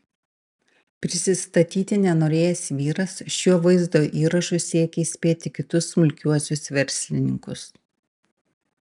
prisistatyti nenorėjęs vyras šiuo vaizdo įrašu siekia įspėti kitus smulkiuosius verslininkus